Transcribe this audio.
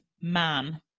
man